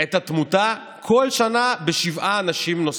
את התמותה כל שנה בשבעה אנשים נוספים.